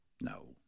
No